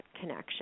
connection